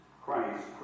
Christ